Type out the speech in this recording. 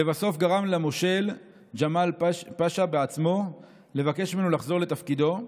לבסוף גרם למושל ג'מאל פשה בעצמו לבקש ממנו לחזור לתפקידו.